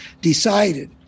decided